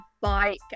bike